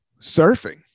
surfing